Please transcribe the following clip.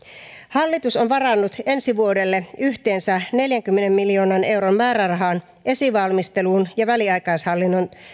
hallitus on varannut ensi vuodelle yhteensä neljänkymmenen miljoonan euron määrärahan esivalmisteluun ja väliaikaishallinnon